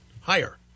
higher